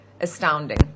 astounding